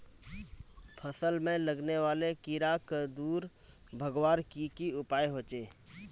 फसल में लगने वाले कीड़ा क दूर भगवार की की उपाय होचे?